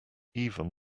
even